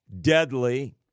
deadly